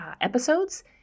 episodes